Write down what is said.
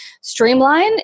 streamline